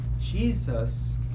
Jesus